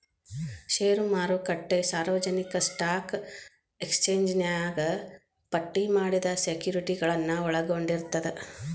ಷೇರು ಮಾರುಕಟ್ಟೆ ಸಾರ್ವಜನಿಕ ಸ್ಟಾಕ್ ಎಕ್ಸ್ಚೇಂಜ್ನ್ಯಾಗ ಪಟ್ಟಿ ಮಾಡಿದ ಸೆಕ್ಯುರಿಟಿಗಳನ್ನ ಒಳಗೊಂಡಿರ್ತದ